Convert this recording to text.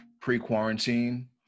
pre-quarantine